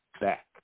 back